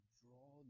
draw